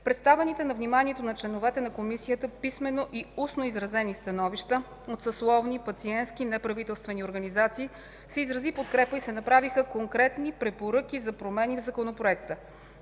представените на вниманието на членовете на Комисията писмено и устно изразени становища от съсловни, пациентски, неправителствени организации се изрази подкрепа и се направиха конкретни препоръки за промени в Законопроекта.